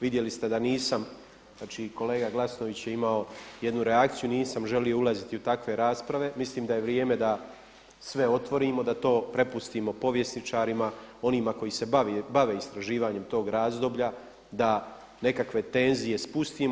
Vidjeli ste da nisam, znači kolega Glasnović je imao jednu reakciju, nisam želio ulaziti u takve rasprave, mislim da je vrijeme da sve otvorimo, da to prepustimo povjesničarima, onima koji se bave istraživanjem tog razdoblja, da nekakve tenzije spustimo.